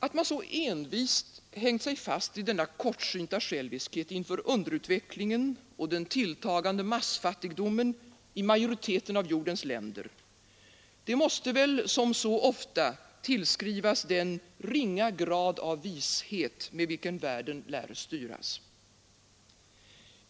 Att man så envist hängt sig fast i denna kortsynta själviskhet inför underutvecklingen och den tilltagande massfattigdomen i majoriteten av jordens länder, måste väl som så ofta tillskrivas den ringa grad av vishet med vilken världen lär styras.